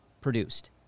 produced